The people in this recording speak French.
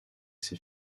ses